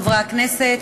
חברי הכנסת,